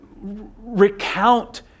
recount